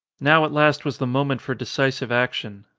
now at last was the moment for decisive action.